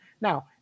Now